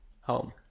home